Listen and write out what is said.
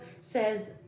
says